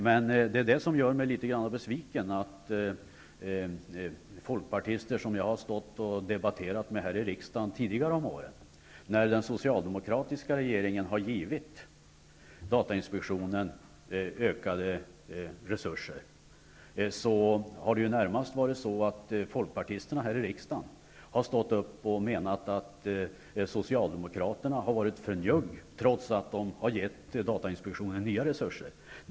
Men det som gör mig litet besviken är att när den socialdemokratiska regeringen tidigare om åren har givit datainspektionen ökade resurser, har det närmast varit så att folkpartisterna här i riksdagen har stått upp och menat att socialdemokraterna har varit för njugga, trots att vi har givit datainspektionen nya resurser.